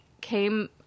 came